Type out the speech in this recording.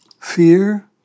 fear